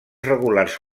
regulars